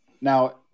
Now